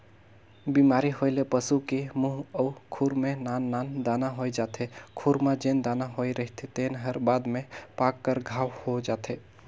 बेमारी होए ले पसू की मूंह अउ खूर में नान नान दाना होय जाथे, खूर म जेन दाना होए रहिथे तेन हर बाद में पाक कर घांव हो जाथे